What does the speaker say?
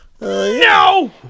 No